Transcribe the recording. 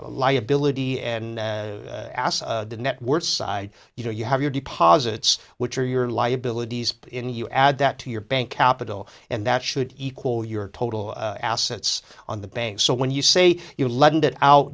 liability and the networks side you know you have your deposits which are your liabilities in you add that to your bank capital and that should equal your total assets on the bank so when you say you lend it out